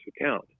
account